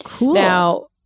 Now